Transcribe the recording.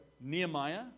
Nehemiah